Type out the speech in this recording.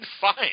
fine